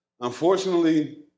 unfortunately